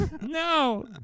no